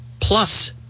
Plus